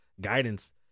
guidance